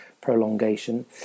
prolongation